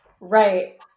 Right